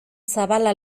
zabala